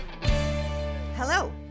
Hello